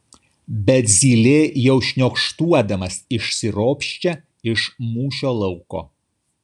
bet zylė jau šniokštuodamas išsiropščia iš mūšio lauko